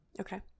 Okay